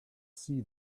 see